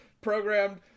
programmed